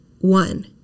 one